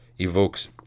evokes